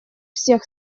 всех